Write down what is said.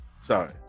sorry